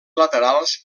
laterals